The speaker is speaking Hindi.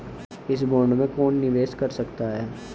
इस बॉन्ड में कौन निवेश कर सकता है?